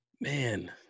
Man